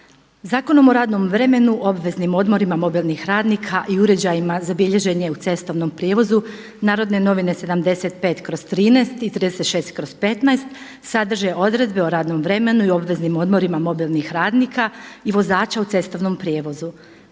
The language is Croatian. Zakonom o radnom vremenu, obveznim odmorima mobilnih radnika i uređajima za bilježenje u cestovnom prijevozu Narodne novine 75/13 i 36/15 sadrže odredbe o radnom vremenu i obveznim odmorima mobilnih radnika i vozača u cestovnom prijevozu,